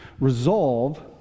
Resolve